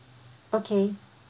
okay